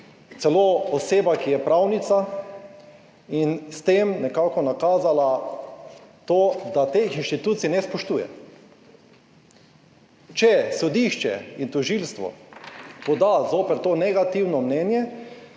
Celo oseba, ki je pravnica in s tem nekako nakazala to, da teh inštitucij ne spoštuje. Če sodišče in tožilstvo poda zoper to negativno mnenje